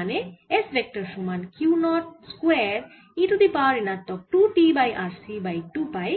তার মানে S vector সমান Q naught square e to the power ঋণাত্মক 2t by RC by 2 pi